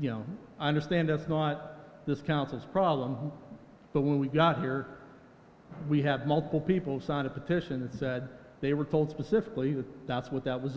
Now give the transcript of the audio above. you know understand that's not this council's problem but when we got here we have multiple people sign a petition that said they were told specifically that that's what that was